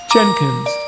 Jenkins